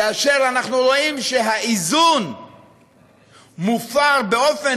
כאשר אנחנו רואים שהאיזון מופר באופן